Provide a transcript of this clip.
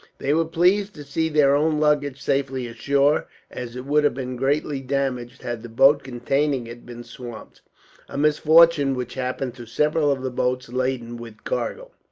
they were pleased to see their own luggage safely ashore as it would have been greatly damaged, had the boat containing it been swamped a misfortune which happened to several of the boats laden with cargo.